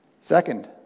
Second